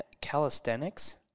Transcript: Calisthenics